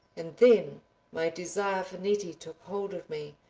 and then my desire for nettie took hold of me.